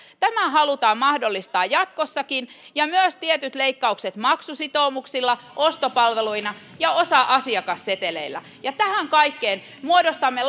tämä halutaan mahdollistaa jatkossakin ja myös tietyt leikkaukset maksusitoumuksilla ostopalveluina ja osa asiakasseteleillä tähän kaikkeen muodostamme